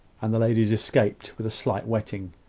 and the ladies escaped with a slight wetting.